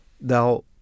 Now